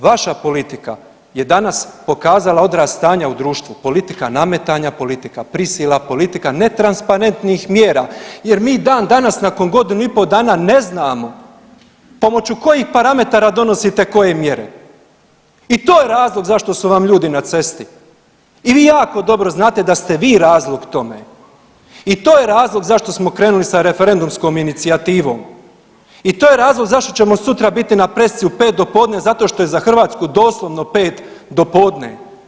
Vaša politika je danas pokazala odraz stanja u društvu, politika nametanja, politika prisila, politika netransparentnih mjera jer mi, dan-danas nakon godinu i po' dana ne znamo pomoću kojih parametara donosite koje mjere i to je razlog zašto su vam ljudi na cesti i vi jako dobro znate da ste vi razlog tome i to je razlog zašto smo krenuli sa referendumskom inicijativom i to je razlog zašto ćemo sutra biti na presici u 5 do podne, zato što je za Hrvatsku doslovno 5 do podne.